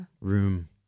room